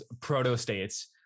proto-states